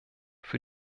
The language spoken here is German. für